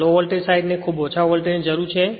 આ low voltage side ને ખૂબ જ ઓછા વોલ્ટેજની જરૂર છે